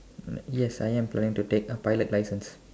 uh yes I am planning to take a pilot license